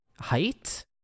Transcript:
height